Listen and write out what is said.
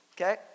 Okay